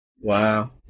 Wow